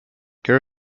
care